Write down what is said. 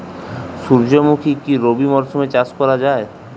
সুর্যমুখী কি রবি মরশুমে চাষ করা যায়?